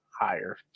higher